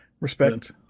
Respect